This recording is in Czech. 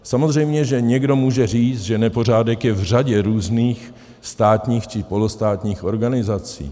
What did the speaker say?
Samozřejmě že někdo může říct, že nepořádek je v řadě různých státních či polostátních organizací.